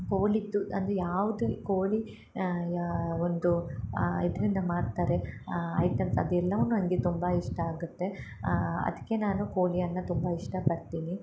ಕೋಳಿ ಇತ್ತು ಅಂದರೆ ಯಾವ್ದು ಕೋಳಿ ಒಂದು ಇದ್ರಿಂದ ಮಾಡ್ತಾರೆ ಐಟಮ್ಸ್ ಅದೆಲ್ಲವನ್ನು ನನಗೆ ತುಂಬ ಇಷ್ಟ ಆಗತ್ತೆ ಅದ್ಕೆ ನಾನು ಕೋಳಿಯನ್ನ ತುಂಬ ಇಷ್ಟಪಡ್ತೀನಿ